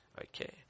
Okay